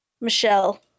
Michelle